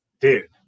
dude